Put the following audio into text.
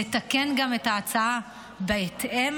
לתקן גם את ההצעה בהתאם.